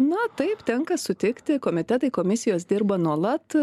na taip tenka sutikti komitetai komisijos dirba nuolat